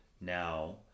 now